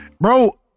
Bro